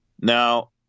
Now